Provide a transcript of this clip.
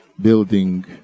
Building